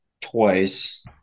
twice